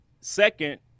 second